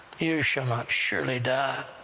you shall not surely die.